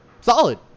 solid